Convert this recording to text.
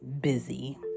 busy